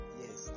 yes